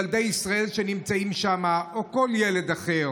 ילדי ישראל שנמצאים שם או כל ילד אחר